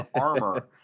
armor